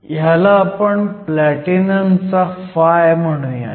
ह्याला आपण प्लॅटिनमचा फाय phi or φ म्हणूयात